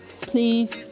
please